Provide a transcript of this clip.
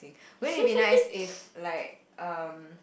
wouldn't it be nice if like um